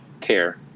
care